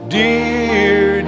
dear